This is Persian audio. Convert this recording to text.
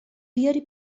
بیاری